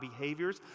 behaviors